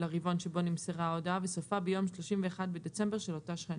לרבעון שבו נמסרה ההודעה וסופה ביום 31 בדצמבר של אותה שנה.